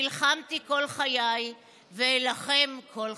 נלחמתי כל חיי ואילחם כל חיי".